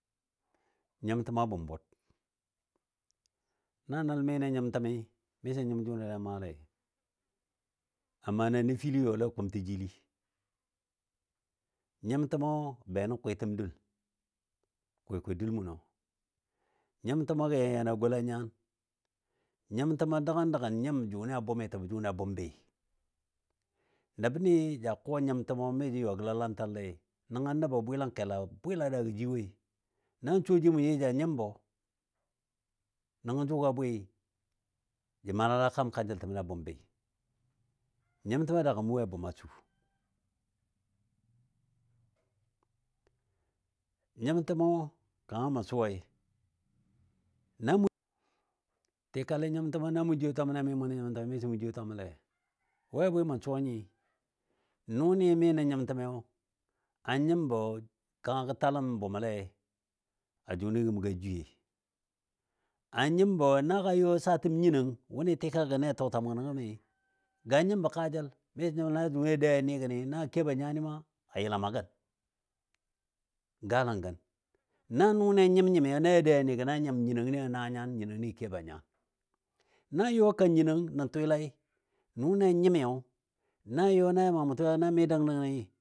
nyimtəma bʊm bʊd na nəl mɨ nən nyimtəmi miso nyim jʊnɨ lɛ maa lɛi, a mana nəfili yɔ lɛi a kumtɔjilɨɨ, nyim təmɔ gə bɛ nən kwɨtəm dul, kwɨkwɨ dul mʊnɔ nyimtənɔ gə yan a gola nyan, nyimtəmɔ gə dəgən dəgen nyim jʊnɨ a bʊm jəbɔ jʊnɨ a bʊmbɨ, nəbnɨ ja kɔ nyɨmtəmɔ mi jə yɔ gəlalantal lɛ nəngɔ nəbɔ bwɨlangkɛla a bwɨla daagɔ ji woi nan suwaji ja nyimbɔ. Nəngɔ jʊgɔ bwɨ jə maalala kaam kanjəltibni a bʊmbɨ. Nyimtəma daagɔ mə woi a bʊm a su. Nyimtəmɔ kanga mə suwai na mʊ, tikali nyimtəmɔ na mʊ jwiye twam na mi mʊ nən nyimtəm miso mʊ jwiye twamle. We bwɨ mə suwa nyi? Nʊni mi nən nyimtəmiyo, a nyimbɔ kangan gə taləm bʊmɔle a jʊni gəm ga jwiye, a nyimbɔ na ga yɔ saatəm nyinɔng wʊni tika gənle a tɔɔtwam gənɔ gəmi, ga nyimbɔ kaajəl na jʊni dou a ni gəni na kebɔ a nyani ma a yəlam a gən. Galan gən na nʊni a nyim nyimi na ya dou ja ni gəni a nyim nyinɔng ni na nyan, nyinɔng ni kebɔ a nya. Na yɔ kan nyinɔng nən twɨlai, nʊni a nyimiyo nan yɔ na ya maa mʊn tikali na mi dəng dəngi